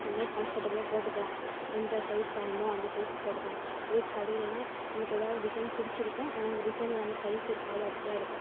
நம்மளே கம்ஃபர்டபுலாக போட்டுக்கலாம் எந்த சைஸ் வேணுமோ அந்த சைஸ்க்கு போட்டுக்கலாம் இதே கடையிலனால் நமக்கு எதாவது ஒரு டிசைன் பிடிச்சிருக்கும் ஆனால் அந்த டிசைனில் நம்ம சைஸ் இருக்காது அப்படிலாம் இருக்கும்